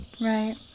Right